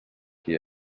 qui